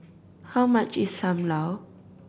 how much is Sam Lau